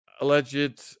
alleged